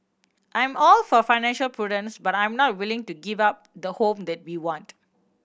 I am all for financial prudence but I am not willing to give up the home that we want